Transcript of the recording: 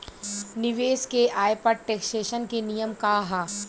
निवेश के आय पर टेक्सेशन के नियम का ह?